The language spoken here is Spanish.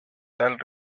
tal